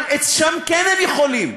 אבל שם הם יכולים,